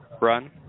run